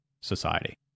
society